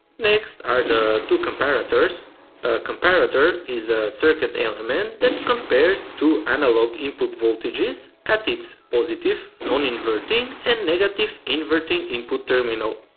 next are the two comparators. a comparator is a circuit element that compares two analog input voltages at its positive non-inverting and negative inverting input terminal.